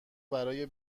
برای